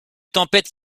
tempêtes